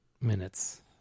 minutes